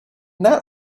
that